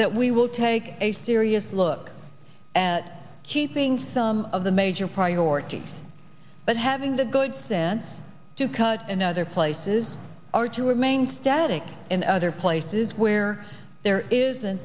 that we will take a serious look at keeping some of the major priorities but having the good sense to cut in other places or to remain static in other places where there isn't